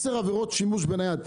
עשר עבירות שימוש בנייד.